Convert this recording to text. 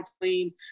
clean